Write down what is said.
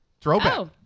Throwback